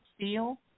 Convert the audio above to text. steel